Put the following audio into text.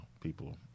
people